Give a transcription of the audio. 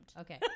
Okay